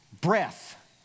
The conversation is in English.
breath